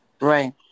right